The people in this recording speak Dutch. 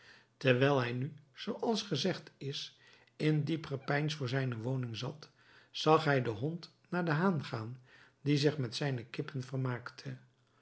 terwijl hij nu zoo als gezegd is in diep gepeins voor zijne woning zat zag hij den hond naar den haan gaan die zich met zijne kippen vermaakte